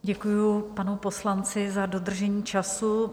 Děkuji panu poslanci za dodržení času.